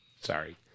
Sorry